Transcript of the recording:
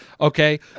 okay